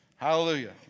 Hallelujah